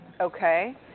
Okay